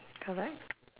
correct